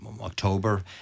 october